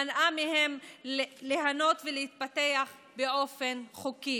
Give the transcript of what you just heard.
מנעה מהן ליהנות ולהתפתח באופן חוקי.